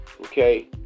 Okay